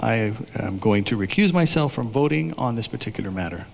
am going to recuse myself from voting on this particular matter